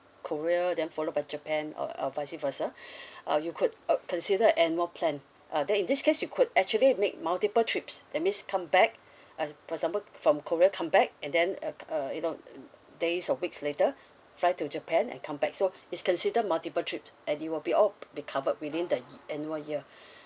korea then followed by japan uh uh vice versa uh you could uh consider annual plan uh then in this case you could actually make multiple trips that means come back uh for example from korea come back and then uh uh you know days or weeks later fly to japan and come back so it's considered multiple trips and it will be all be covered within the annual year